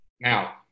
Now